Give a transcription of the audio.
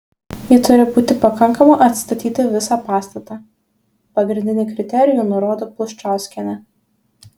ji turi būti pakankama atstatyti visą pastatą pagrindinį kriterijų nurodo pluščauskienė